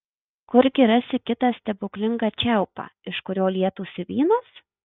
kurgi rasi kitą stebuklingą čiaupą iš kurio lietųsi vynas